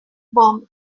bomb